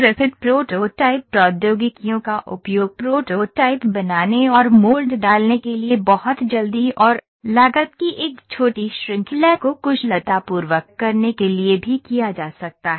rapid prototype प्रौद्योगिकियों का उपयोग प्रोटोटाइप बनाने और मोल्ड डालने के लिए बहुत जल्दी और लागत की एक छोटी श्रृंखला को कुशलतापूर्वक करने के लिए भी किया जा सकता है